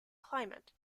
climate